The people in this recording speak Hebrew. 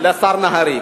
לשר נהרי.